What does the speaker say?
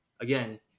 again